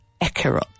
Ekerot